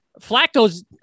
Flacco's